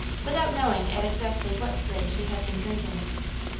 without knowing at exactly what spring she had been drinking.